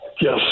Yes